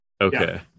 Okay